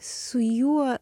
su juo